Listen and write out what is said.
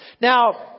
Now